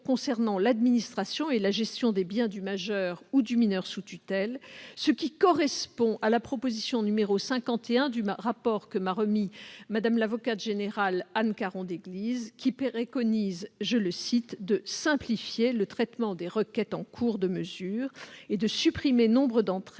concernant l'administration et la gestion des biens du majeur ou du mineur sous tutelle, ce qui correspond à la proposition n° 51 du rapport que m'a remis Mme l'avocate générale Anne Caron-Déglise, laquelle préconise de simplifier le traitement des requêtes en cours de mesure et de supprimer nombre d'entre